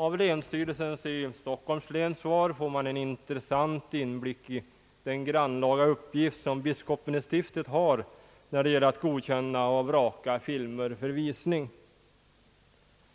Av länsstyrelsens i Stockholms län svar får man en intressant inblick i den grannlaga uppgift, som biskopen i stiftet har när det gäller att godkänna och vraka filmer för visning.